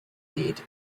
deed